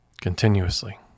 continuously